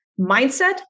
mindset